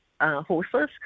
horses